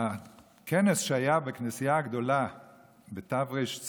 הכנס שהיה בכנסייה הגדולה בתרצ"ז,